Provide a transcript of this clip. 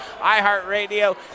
iHeartRadio